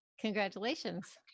Congratulations